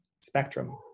spectrum